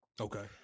Okay